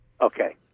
Okay